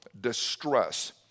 distress